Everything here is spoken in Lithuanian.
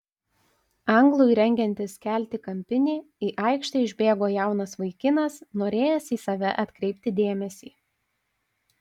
anglui rengiantis kelti kampinį į aikštę išbėgo jaunas vaikinas norėjęs į save atkreipti dėmesį